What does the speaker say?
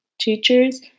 teachers